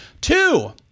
Two